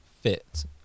fit